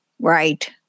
right